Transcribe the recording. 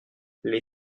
les